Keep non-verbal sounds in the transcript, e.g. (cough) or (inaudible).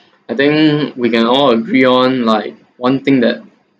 (breath) I think we can all agree on like one thing that